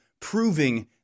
proving